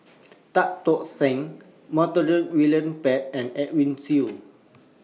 Tan Tock San Montague William Pett and Edwin Siew